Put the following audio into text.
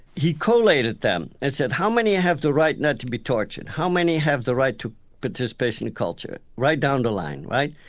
he collated them, and said, how many have the right not to be tortured? how many have the right to participation and culture, right down the line, right?